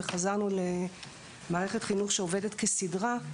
וחזרנו למערכת חינוך שעובדת כסדרה,